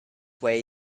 way